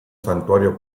santuario